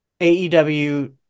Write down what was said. AEW